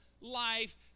life